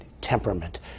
temperament